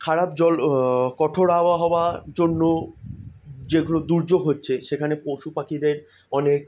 খারাপ জল কঠোর আবহাওয়ার জন্য যেগুলো দুর্যোগ হচ্ছে সেখানে পশু পাখিদের অনেক